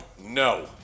no